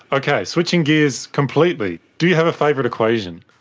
okay, switching gears completely do you have a favourite equation?